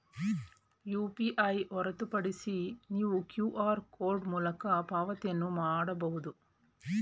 UPI ಹೊರತುಪಡಿಸಿ ನೀವು QR code ಮೂಲಕ ಪಾವತಿಯನ್ನು ಮಾಡಬಹುದು